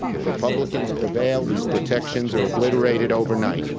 if republicans prevail these protections are obliterated overnight.